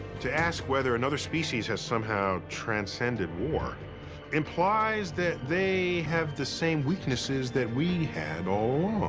to ask whether another species has somehow transcended war implies that they have the same weaknesses that we had all